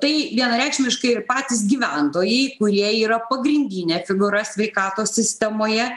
tai vienareikšmiškai ir patys gyventojai kurie yra pagrindinė figūra sveikatos sistemoje